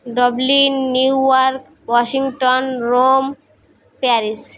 dublin New York Washington Rome Paris